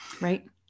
Right